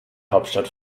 hauptstadt